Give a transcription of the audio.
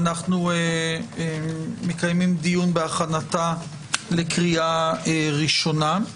אנו מקיימים דיון בהכנתה לקריאה ראשונה.